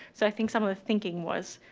so i think some of the thinking was